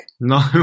No